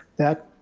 that